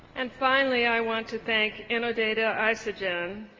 and finally i want to thank innodata isogen,